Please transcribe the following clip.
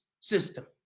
system